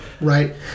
right